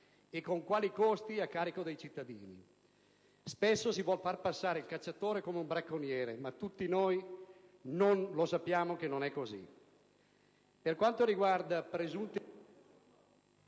e con quali costi a carico dei cittadini. Spesso si vuol far passare il cacciatore come un bracconiere, ma tutti noi sappiamo che non è così. Per quanto riguarda le